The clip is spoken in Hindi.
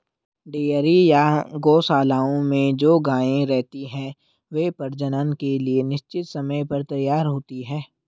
डेयरी या गोशालाओं में जो गायें रहती हैं, वे प्रजनन के लिए निश्चित समय पर तैयार होती हैं